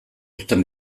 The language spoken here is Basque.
uzten